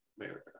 America